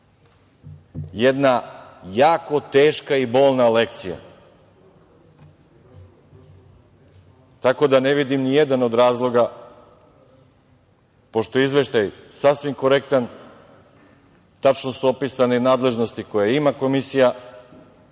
Jedna jako teška i bolna lekcija. Tako da, ne vidim nijedan od razloga, pošto je izveštaj sasvim korektan, tačno su opisane nadležnosti koje ima Komisija,